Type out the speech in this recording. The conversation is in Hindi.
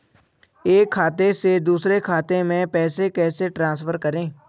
एक खाते से दूसरे खाते में पैसे कैसे ट्रांसफर करें?